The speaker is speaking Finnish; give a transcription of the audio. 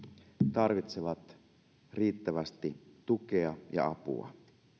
tarvitsevat riittävästi tukea ja apua